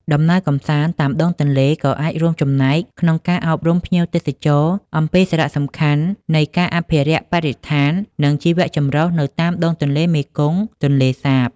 ដំណើរកម្សាន្តតាមដងទន្លេ ក៏អាចរួមចំណែកក្នុងការអប់រំភ្ញៀវទេសចរអំពីសារៈសំខាន់នៃការអភិរក្សបរិស្ថាន និងជីវចម្រុះនៅតាមដងទន្លេមេគង្គ-ទន្លេសាប។